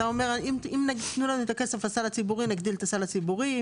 אתה אומר שאם יתנו לכם את הכסף לסל הציבורי נגדיל את הסל הציבורי,